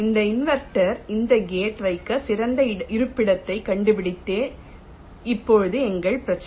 இந்த இன்வெர்ட்டர் இந்த கேட் வைக்க சிறந்த இருப்பிடத்தைக் கண்டுபிடிப்பதே இப்போது எங்கள் பிரச்சினை